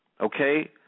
Okay